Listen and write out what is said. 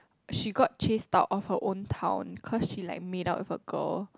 she got chased out of her own town cause she like made out with a girl